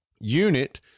unit